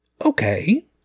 Okay